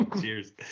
Cheers